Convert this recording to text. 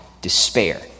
despair